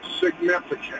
significant